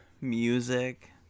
music